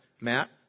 Matt